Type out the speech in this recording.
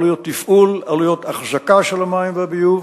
עלויות תפעול, עלויות אחזקה של המים והביוב,